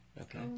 Okay